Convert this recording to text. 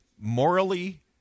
morally